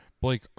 Blake